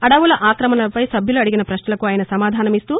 అడవుల ఆక్రమణలపై సభ్యులు అడిగిన పశ్నలకు ఆయన సమాధానమిస్తూ